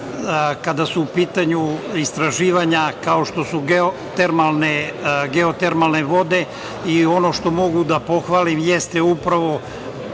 kada su u pitanju istraživanja kao što su geotermalne vode. Ono što mogu da pohvalim jeste upravo